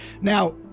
Now